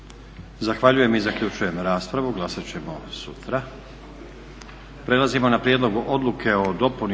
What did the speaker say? Zahvaljujem i zaključujem raspravu. Glasat ćemo sutra.